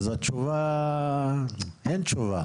אז אין תשובה.